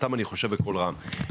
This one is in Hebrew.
סתם אני חושב בקול רם,